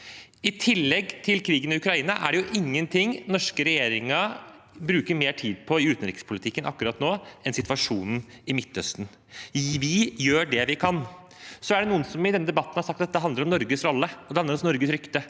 I tillegg til krigen i Ukraina er det ingenting den norske regjeringen bruker mer tid på i utenrikspolitikken akkurat nå, enn situasjonen i Midtøsten. Vi gjør det vi kan. Så er det noen som i denne debatten har sagt at det handler om Norges rolle, og at det handler om Norges rykte.